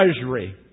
treasury